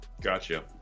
gotcha